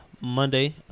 Monday